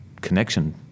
connection